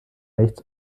rechts